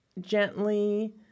Gently